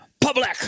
public